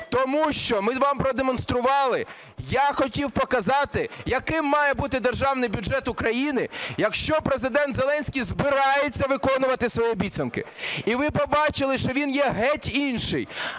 Тому що ми вам продемонстрували, я хотів показати, яким має бути Державний бюджет України, якщо Президент Зеленський збирається виконувати свої обіцянки. І ви побачили, що він геть інший.